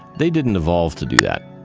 they didn't evolve to do that.